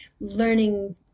learning